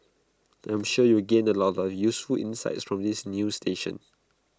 I'm sure you will gain A lot of useful insights from this new station